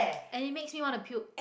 and it makes me want to puke